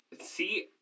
See